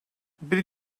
bir